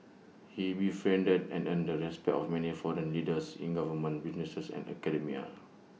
he befriended and earned the respect of many foreign leaders in government business and academia